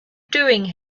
doing